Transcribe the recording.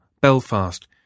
Belfast